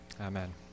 amen